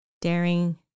daring